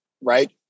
right